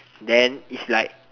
then it's like